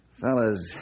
Fellas